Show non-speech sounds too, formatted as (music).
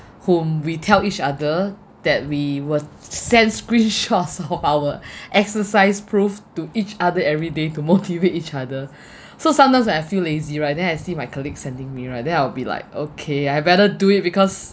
whom we tell each other that we will sent screenshots of our (breath) exercise proof to each other every day to motivate each other (breath) so sometimes I feel lazy right then I see my colleague sending me right then I'll be like okay I better do it because